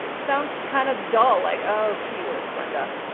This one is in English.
sounds kind of dull like, oh, keywords, brenda.